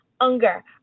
Unger